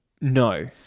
no